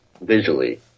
visually